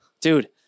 dude